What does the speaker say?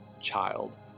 child